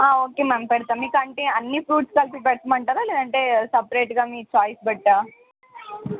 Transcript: okay ma'am పెడతా మీకు అంటే అన్ని ఫ్రూట్స్ కలిపి పెట్టమంటారా లేదంటే సపరేట్గా మీ ఛాయిస్ బట్టా